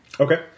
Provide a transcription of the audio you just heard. Okay